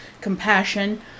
compassion